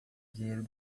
dinheiro